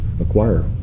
acquire